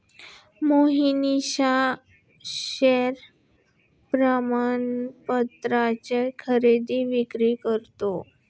Mohnish share प्रमाणपत्राची खरेदी विक्री करतो